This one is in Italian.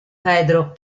pedro